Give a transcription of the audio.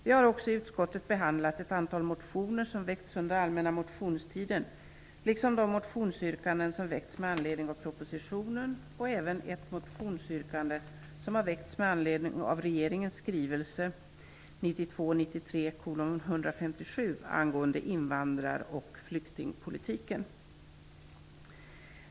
Vi har också i utskottet behandlat ett antal motioner som väckts under allmänna motionstiden, liksom de motionsyrkanden som ställts med anledning av propositionen och även ett motionsyrkande med anledning av regeringens skrivelse 1992/93:157 angående invandrar och flyktingpolitiken.